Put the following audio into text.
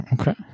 Okay